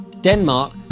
Denmark